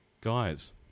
Guys